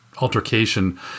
altercation